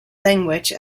language